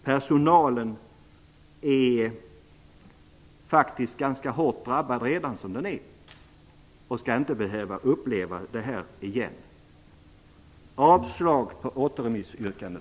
Personalen är faktiskt ganska hårt drabbad redan som den är och skall inte behöva uppleva det här igen. Fru talman! Jag yrkar avslag på återremissyrkandet.